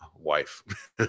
wife